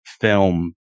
film